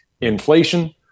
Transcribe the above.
inflation